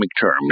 term